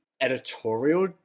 editorial